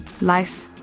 Life